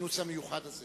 הכינוס המיוחד הזה.